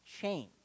change